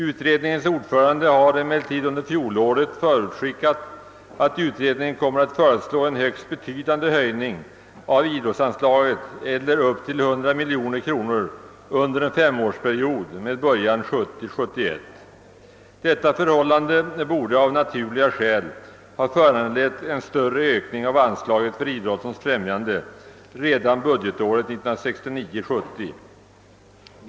Utredningens ordförande har emellertid under fjolåret förutskickat, att utredningen kommer att föreslå en högst betydande höjning av idrottsanslaget upp till 100 miljoner under en femårsperiod med början 1970 70.